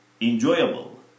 enjoyable